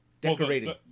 decorating